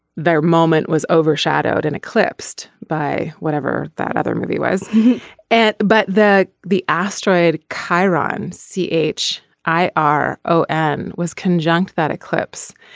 their moment was overshadowed and eclipsed by whatever that other movie was at. but the the asteroid kyran c h i r o n was conjuncture that eclipse.